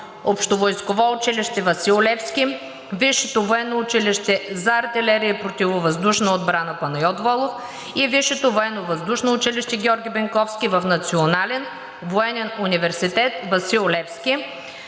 общовойсково училище „Васил Левски“, Висшето военно училище за артилерия и противовъздушна отбрана „Панайот Волов“ и Висшето военновъздушно училище „Георги Бенковски“ в Национален военен университет „Васил Левски“,